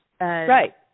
right